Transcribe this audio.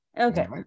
Okay